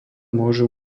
môžu